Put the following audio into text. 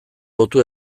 lotu